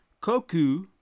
koku